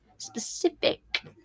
specific